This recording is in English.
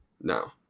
no